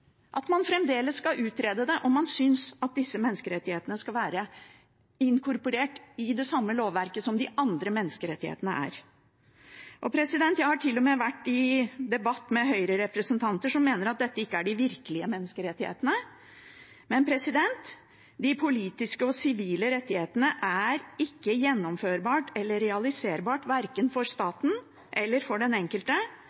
at man fremdeles skal utrede det, og at man synes at disse menneskerettighetene skal være inkorporert i det samme lovverket som de andre menneskerettighetene er. Jeg har til og med vært i debatt med Høyre-representanter som mener at dette ikke er de virkelige menneskerettighetene. Men de politiske og sivile rettighetene er ikke gjennomførbare eller realiserbare verken for